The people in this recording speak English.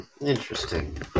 Interesting